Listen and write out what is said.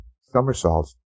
somersaults